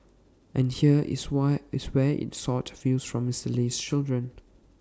and here is where IT sought views from Mr Lee's children